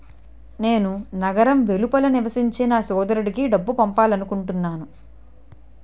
నేను నగరం వెలుపల నివసించే నా సోదరుడికి డబ్బు పంపాలనుకుంటున్నాను